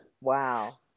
Wow